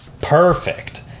Perfect